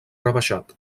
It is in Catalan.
rebaixat